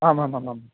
आमामामाम्